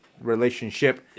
relationship